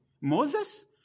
Moses